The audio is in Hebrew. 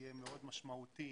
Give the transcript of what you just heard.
יהיה מאוד משמעותי